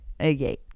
okay